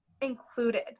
included